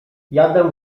jadę